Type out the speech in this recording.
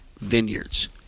vineyards